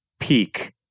Peak